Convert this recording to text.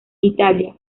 italia